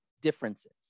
differences